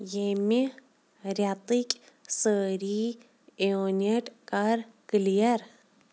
ییٚمہِ رٮ۪تٕکۍ سٲرِِی یوٗنِٹ کَر کٔلِیر